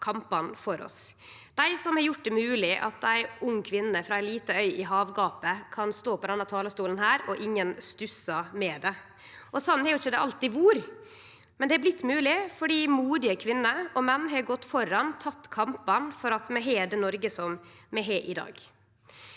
dei som har gjort det mogleg at ei ung kvinne frå ei lita øy i havgapet kan stå på denne talarstolen, og at ingen stussar ved det. Sånn har det ikkje alltid vore, men det er blitt mogleg fordi modige kvinner og menn har gått føre og tatt kampane for at vi har det Noreg vi har i dag.